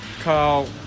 Carl